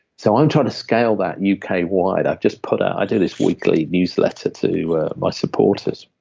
so i'm trying to scale that uk-wide. i've just put out. i do this weekly, newsletter to ah my supporters.